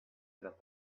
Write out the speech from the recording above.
that